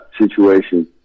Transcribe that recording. situation